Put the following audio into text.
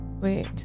Wait